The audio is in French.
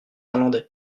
irlandais